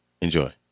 Enjoy